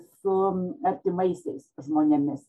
su artimaisiais žmonėmis